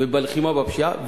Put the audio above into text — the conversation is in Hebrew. ובלחימה בפשיעה.